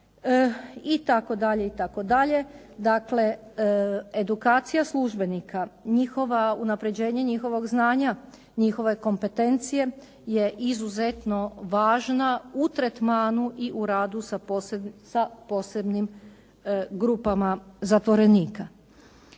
Europe itd., itd. Dakle, edukacija službenika, njihova unapređenja njihovog znanja, njihove kompetencije je izuzetno važna u tretmanu i u radu sa posebnim grupama zatvorenika.